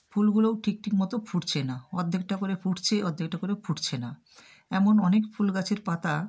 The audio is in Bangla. ফুলগুলোও ঠিক ঠিক মতো ফুটছে না অর্ধেকটা করে ফুটছে অর্ধেকটা করে ফুটছে না এমন অনেক ফুল গাছের পাতা